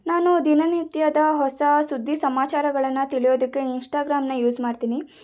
ನಾನು ದಿನನಿತ್ಯದ ಹೊಸ ಸುದ್ದಿ ಸಮಾಚಾರಗಳನ್ನು ತಿಳಿಯೋದಕ್ಕೆ ಇನ್ಸ್ಟಾಗ್ರಾಮನ್ನು ಯೂಸ್ ಮಾಡ್ತೀನಿ